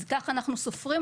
אז כך אנחנו סופרים.